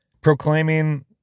proclaiming